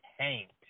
tanked